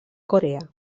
corea